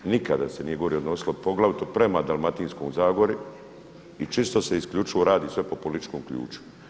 Nikada se nije gore odnosilo poglavito prema Dalmatinskoj zagori i čisto se isključivo radi sve po političkom ključu.